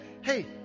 hey